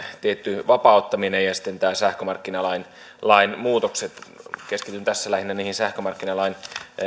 tietty vapauttaminen ja sitten nämä sähkömarkkinalain muutokset keskityn tässä lähinnä niihin sähkömarkkinalain